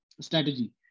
strategy